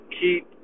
keep